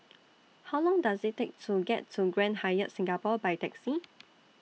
How Long Does IT Take to get to Grand Hyatt Singapore By Taxi